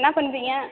என்ன பண்ணுறீங்க